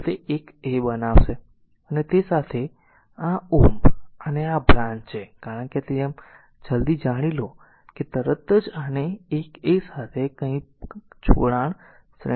તેથી તે 1a બનશે અને તે r સાથે આ Ω અને આ બ્રાંચ છે કારણ કે જેમ જલદી જાણી લો કે તરત જ આને 1a સાથે કંઈક જોડાણ શ્રેણીમાં કરો